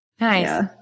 Nice